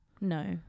No